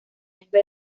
jefe